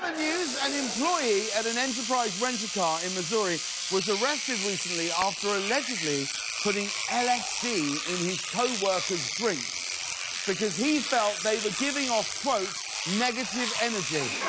but news, an employee at an enterprise rent-a-car in missouri was are arrested recently after allegedly putting lsd in his coworkers drink so because he felt they were giving off quote negative energy.